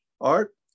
art